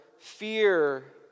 fear